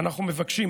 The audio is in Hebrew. אנחנו מבקשים,